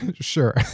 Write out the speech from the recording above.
Sure